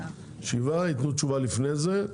ייתנו תשובה לפני זה.